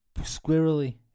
squirrely